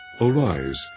Arise